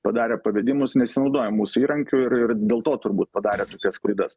padarė pavedimus nesinaudoja mūsų įrankiu ir ir dėl to turbūt padarė tokias klaidas